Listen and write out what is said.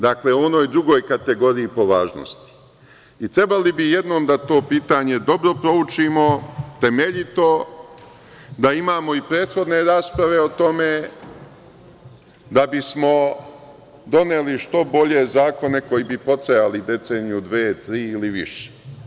Dakle, u onoj drugoj kategoriji po važnosti i trebalo bi da jednom to pitanje dobro proučimo, temeljito, da imamo i prethodne rasprave o tome, da bismo doneli što bolje zakone koji bi potrajali deceniju, dve ili tri ili više.